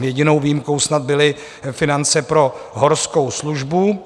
Jedinou výjimkou snad byly finance pro Horskou službu.